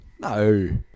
No